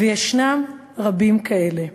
וישנם רבים כאלה.